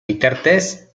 bitartez